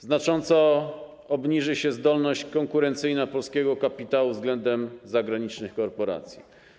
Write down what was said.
Znacząco obniży się zdolność konkurencyjna polskiego kapitału względem zagranicznych korporacji.